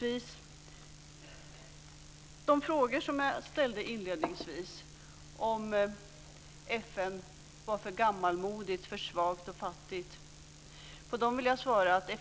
På de frågor som jag ställde inledningsvis, om FN var för gammalmodigt, svagt och fattigt, vill jag svara följande.